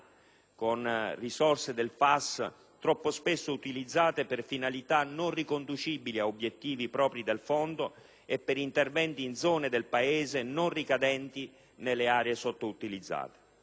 le risorse del FAS troppo spesso utilizzate per finalità non riconducibili ad obiettivi propri del fondo e per interventi in zone del Paese non ricadenti nelle aree sottoutilizzate.